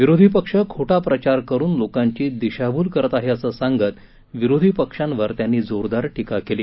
विरोधी पक्ष खोटा प्रचार करुन लोकांची दिशाभूल करत आहे असं सांगत विरोधी पक्षांवर त्यांनी जोरदार टीका केली